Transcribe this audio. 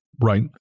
Right